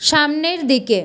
সামনের দিকে